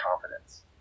confidence